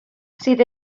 sydd